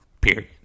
period